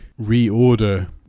reorder